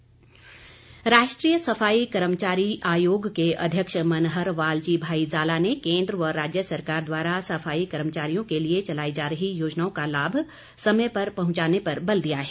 सफाई आयोग राष्ट्रीय सफाई कर्मचारी आयागे के अध्यक्ष मनहर वालजी भाई जाला ने केन्द्र व राज्य सरकार द्वारा सफाई कर्मचारियों के लिए चलाई जा रही योजनाओं का लाभ समय पर पहुंचाने पर बल दिया है